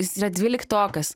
jis yra dvyliktokas